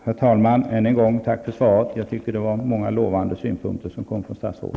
Herr talman! Än en gång tack för svaret. Statsrådet hade många lovande synpunkter att komma med.